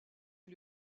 est